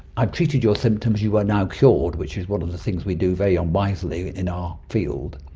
i've treated your symptoms, you are now cured which is one of the things we do very unwisely in our field.